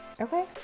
Okay